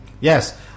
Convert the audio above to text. Yes